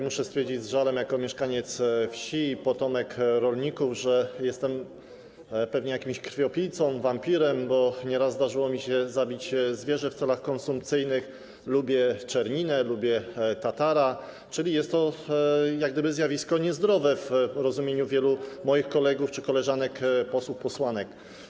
Muszę stwierdzić z żalem jako mieszkaniec wsi i potomek rolników, że jestem pewnie jakimś krwiopijcą, wampirem, bo nieraz zdarzyło mi się zabić zwierzę w celach konsumpcyjnych, lubię czerninę, lubię tatara, czyli jest to jak gdyby zjawisko niezdrowe w rozumieniu wielu moich kolegów czy koleżanek, posłów, posłanek.